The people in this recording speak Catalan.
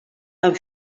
amb